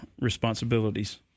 responsibilities